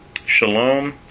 Shalom